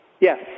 Yes